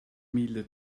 mille